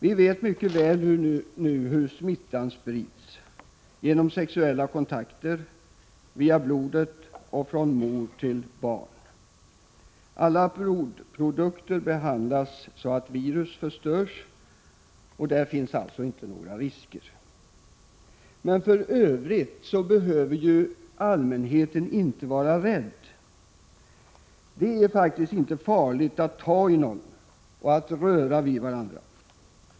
Vi vet nu mycket väl hur smittan sprids: genom sexuella kontakter, via blodet och från mor till barn. Alla blodprodukter behandlas, så att virus förstörs, och där finns alltså inte några risker. Men för övrigt behöver ju allmänheten inte vara rädd. Det är faktiskt inte farligt att ta i någon och att röra vid varandra.